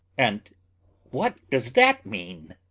and what does that mean?